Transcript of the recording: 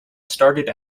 started